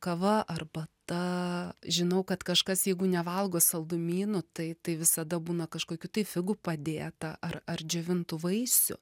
kava arbata žinau kad kažkas jeigu nevalgo saldumynų tai tai visada būna kažkokių tai figų padėta ar ar džiovintų vaisių